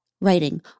writing